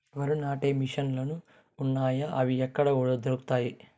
వరి నాటే మిషన్ ను లు వున్నాయా? అవి ఎక్కడ దొరుకుతాయి?